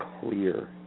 clear